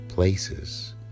Places